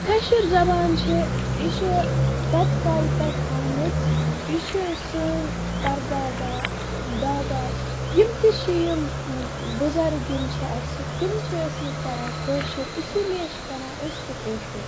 کٲشِر زبان چھِ یہِ چھِ پَتہٕ کالہِ پٮ۪ٹھ آمٕژ یہِ چھِ سٲنۍ پَردادا دادا یِم تہِ چھِ یِم بُزرگ یِم چھِ اسہِ تِم چھِ ٲسمٕتۍ کران کٲشُر اسی لیے چھِ کران أسۍ تہِ کٲشُر